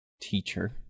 teacher